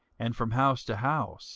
and from house to house